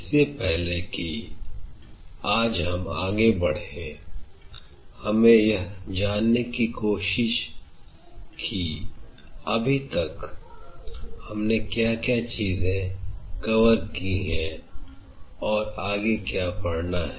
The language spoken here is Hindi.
इससे पहले कि आज हम आगे बढ़े हमें यह जानने की कोशिश कि अभी तक हमने क्या क्या चीजें कवर की और आगे क्या पढ़ना है